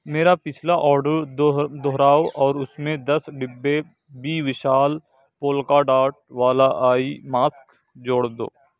میرا پچھلا اوڈر دوہراؤ اور اس میں دس ڈبے بی وشال پولکا ڈاٹ والا آئی ماسک جوڑ دو